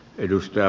kiitos